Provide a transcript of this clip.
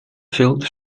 filled